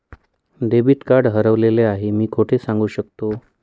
Debit card हरवले आहे हे मी कोठे सांगू शकतो?